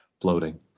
Floating